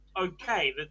okay